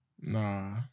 Nah